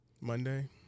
Monday